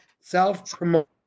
self-promote